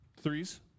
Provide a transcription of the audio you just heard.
Threes